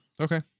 Okay